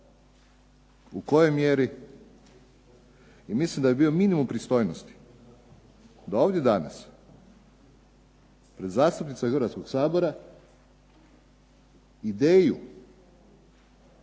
u kojoj mjeri i mislim da bi bio minimum pristojnosti da ovdje danas pred zastupnicima Hrvatskog sabora ideju